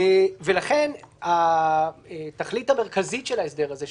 ולכן התכלית המרכזית של ההסדר הזה,